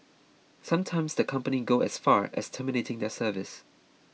sometimes the company go as far as terminating their service